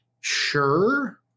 sure